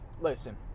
listen